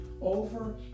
over